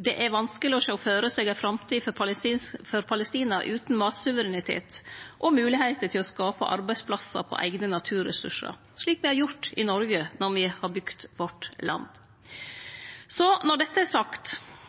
Det er vanskeleg å sjå føre seg ei framtid for Palestina utan matsuverenitet og moglegheiter til å skape arbeidsplassar på eigne naturressursar, slik me har gjort i Noreg når me har bygt landet vårt. Når dette er sagt: